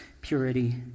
purity